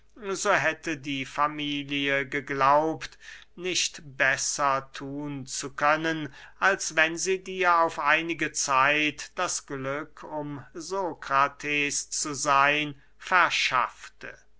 hätte die familie geglaubt nicht besser thun zu können als wenn sie dir auf einige zeit das glück um sokrates zu seyn verschaffte